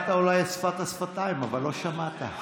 שמעת אולי את שפת השפתיים, אבל לא שמעת.